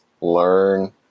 learn